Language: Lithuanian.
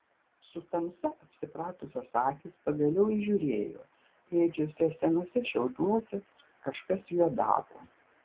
su tamsa apsipratusios akys pagaliau įžiūrėjo ėdžiose senuose šiauduose kažkas juodavo